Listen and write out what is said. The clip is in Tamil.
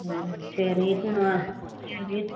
ஆ சரி இட்டுன்னு வா சரி இட்டுன்னு